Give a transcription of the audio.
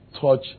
touch